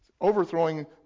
overthrowing